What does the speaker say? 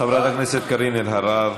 חברת הכנסת קארין אלהרר,